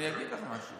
אני אגיד לך משהו.